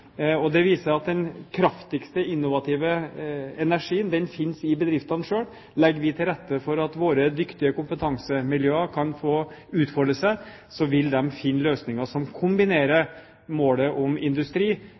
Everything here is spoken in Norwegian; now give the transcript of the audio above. Det viser at den kraftigste innovative energien finnes i bedriftene selv. Legger vi til rette for at våre dyktige kompetansemiljøer kan få utfolde seg, vil de finne løsninger som kombinerer målet om industri